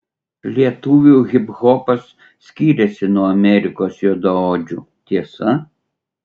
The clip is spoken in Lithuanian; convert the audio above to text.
lietuvių hiphopas skiriasi nuo amerikos juodaodžių tiesa